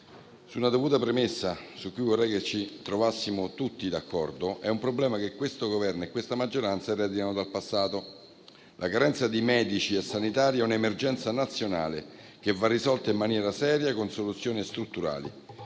c'è una dovuta premessa da fare, su cui vorrei che ci trovassimo tutti d'accordo: è un problema che questo Governo e questa maggioranza ereditano dal passato. La carenza di medici e di sanitari è un'emergenza nazionale, che va risolta in maniera seria con soluzioni strutturali.